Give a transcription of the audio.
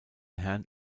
herrn